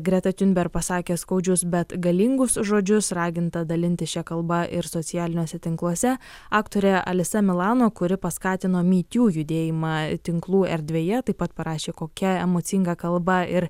greta tiunber pasakė skaudžius bet galingus žodžius raginta dalintis šia kalba ir socialiniuose tinkluose aktorė alisa milano kuri paskatino me too judėjimą tinklų erdvėje taip pat parašė kokia emocinga kalba ir